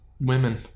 women